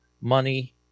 money